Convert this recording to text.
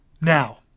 Now